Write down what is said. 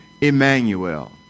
Emmanuel